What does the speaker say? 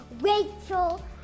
Rachel